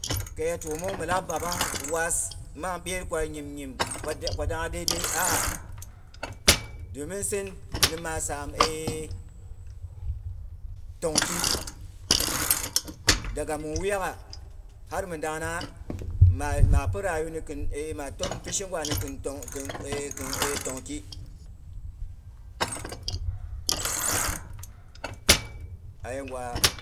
Kaya twomong mi lak babbang was mang byer ko nyim, nyim ko dangha dai dei a'a domin sin nima saam tongki, daga min wuyaagha har mi dangnangha ma pi rayuwa ni kin ma tom pishe gwa kin tongki, ayegwa.